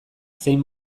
zein